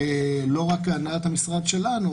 ולא רק הנהלת המשרד שלנו,